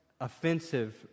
offensive